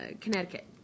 Connecticut